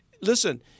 Listen